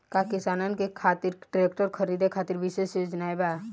का किसानन के खातिर ट्रैक्टर खरीदे खातिर विशेष योजनाएं बा?